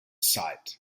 site